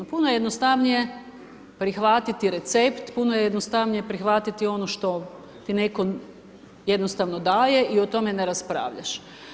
Puno je jednostavnije prihvatiti recept, puno je jednostavnije prihvatiti ono što ti netko jednostavno daje i o tome ne raspravljaš.